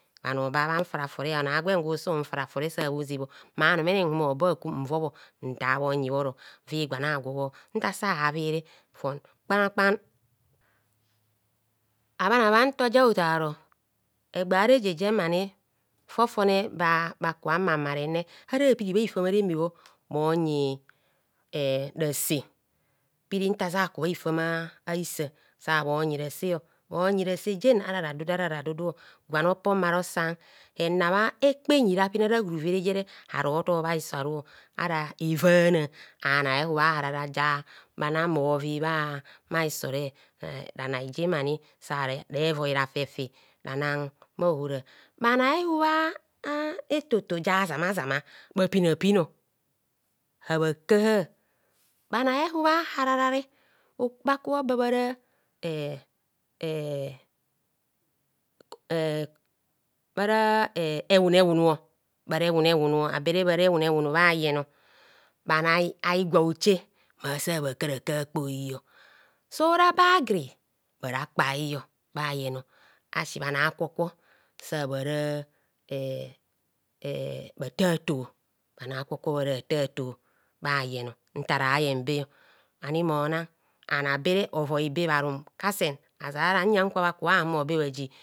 Bhano babhan fora fore onor a’gwen gwun fora fore sa bho zebho. mma anumene nhumo hobo akum nuo bho ntar bhonyi bhoro. Vi gwan a’gwo ntasa a’vire ton kpan akpan a bhan abhan ntoja otaro egba rejr jem ani gofone ba bhakua bhamare ne ahara bha ku bha hi fam are me bho bhonyi e rase piri nfasa ku bha hifam a issa sa bhonyi rase bhonyi rase jenara radu dura dudu gwan opo mare osang henabhe hrkpa rapin a’woru vere haro tor bha hiso aru ara evana a’nai ehubharara ja bhana bhovi bha hidore, ranai jem sare voi rafefi ranang bha ohora. Bhanai ihub etoti jazama bha pin a’pin habha kaha bhanai hub a hararare bha kubho ba bhara e e e bhara e ehunu ehunu bhara ehunu ehunu abere bhara ehunu ehunu bha yen. bhanai a’higwa oche masa bha karaka kpoi, so ra ba aggrey bhara kpai bhayen asi bhanai akwo kwo sabhara e e bhstato bhanai akwo kwo bhara bhatato bhayen bhayen ntara yen beh. Ani mona an abere ovoibe bharum kasen ozara nyon kwa ka bha humo be bhọji